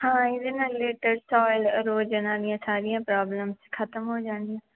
ਹਾਂ ਇਹਦੇ ਨਾਲ ਲੇਟੇਸਟ ਆਲ ਰੋਜ਼ਾਨਾ ਦੀਆਂ ਸਾਰੀਆਂ ਪ੍ਰੋਬਲਮਸ ਖਤਮ ਹੋ ਜਾਣੀਆਂ